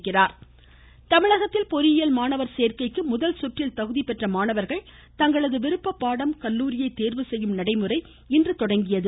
பொறியியல் தமிழகத்தில் பொறியியல் மாணவர் சோக்கைக்கு முதல் சுந்றில் தகுதி பெற்ற மாணவர்கள் தங்களது விருப்ப பாடம் கல்லூரியை தேர்வு செய்யும் நடைமுறை இன்று தொடங்கியது